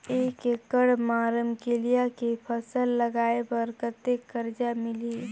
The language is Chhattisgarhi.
एक एकड़ मा रमकेलिया के फसल लगाय बार कतेक कर्जा मिलही?